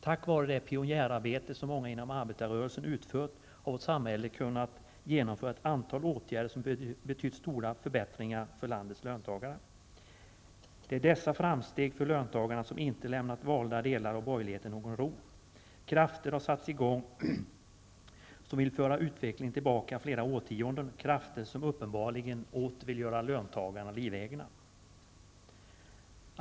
Tack vare det pionjärarbete som många inom arbetarrörelsen utfört, har det i vårt samhälle kunnat genomföras ett antal åtgärder, som betytt stora förbättringar för landets löntagare. Det är dessa framsteg för löntagarna som inte lämnat valda delar av borgerligheten någon ro. Krafter har satts i gång som vill föra utvecklingen tillbaka flera årtionden, krafter som uppenbarligen åter vill göra löntagarna livegna.